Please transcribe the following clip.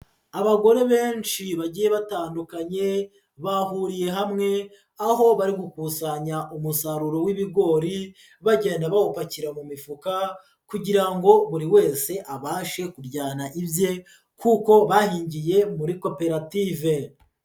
Abagore benshi bagiye batandukanye bahuriye hamwe, aho bari gukusanya umusaruro w'ibigori, bagenda bawupakira mu mifuka kugira ngo buri wese abashe kujyana ibye kuko bahingiye muri koperative.